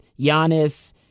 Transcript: Giannis